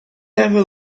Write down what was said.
ever